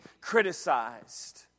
criticized